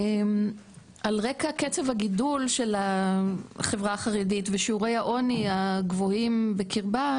על רקע קצב הגידול של החברה החרדית ושיעורי העוני הגבוהים בקרבה,